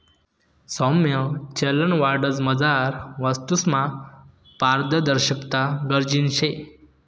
सौम्य चलनवाढमझार वस्तूसमा पारदर्शकता गरजनी शे